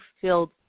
filled